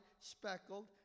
speckled